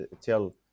tell